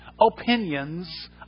opinions